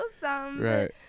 Right